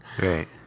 Right